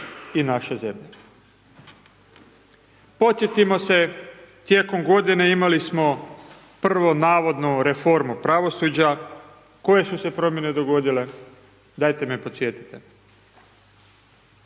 i naše zemlje. Podsjetimo se tijekom godine imali smo prvu navodnu reformu pravosuđa, koje su se promjene dogodile, dajte me podsjetite?